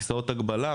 כיסאות הגבלה,